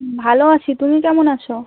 ভালো আছি তুমি কেমন আছো